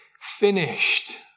finished